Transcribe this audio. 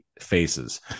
faces